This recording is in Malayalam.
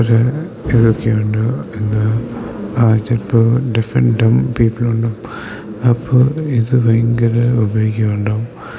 കുറേ ഇതൊക്കെയുണ്ട് എന്താ ആ ചിലപ്പോൾ ഡിഫറെൻ്റ് പീപ്പിള് ഉണ്ടാവും അപ്പോൾ ഇത് ഭയങ്കര ഉപയോഗം ഉണ്ടാവും